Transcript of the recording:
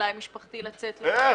חקלאי משפחתי, לצאת מהמושבים.